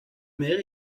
mer